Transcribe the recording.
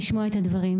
לשמוע את הדברים.